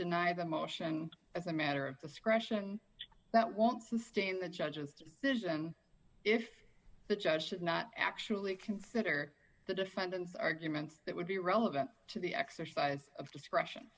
deny the motion as a matter of discretion that won't sustain the judge's decision if the judge should not actually consider the defendant's arguments that would be relevant to the exercise of discretion